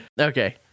Okay